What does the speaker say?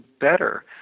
better